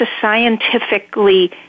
scientifically